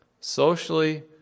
socially